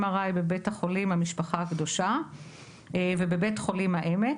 בבית חולים המשפחה הקדושה ובבית חולים העמק,